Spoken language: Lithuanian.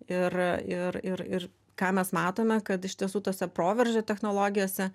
ir ir ir ir ką mes matome kad iš tiesų tose proveržio technologijose